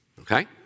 Okay